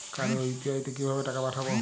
কারো ইউ.পি.আই তে কিভাবে টাকা পাঠাবো?